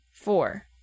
Four